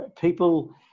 People